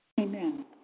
Amen